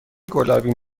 گلابی